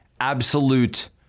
absolute